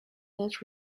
that